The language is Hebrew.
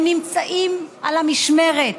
הם נמצאים על המשמרת,